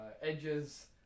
Edge's